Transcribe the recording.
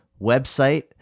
website